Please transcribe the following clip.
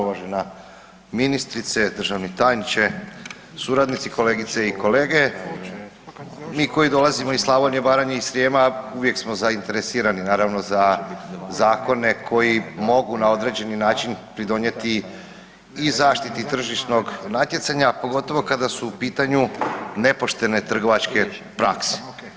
Uvažena ministrice, državni tajniče, suradnici, kolegice i kolege, mi koji dolazimo iz Slavonije, Baranje i Srijema uvijek smo zainteresirani naravno za zakone koji mogu na određeni način pridonijeti i zaštiti tržišnog natjecanja, a pogotovo kada su u pitanju nepoštene trgovačke prakse.